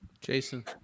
Jason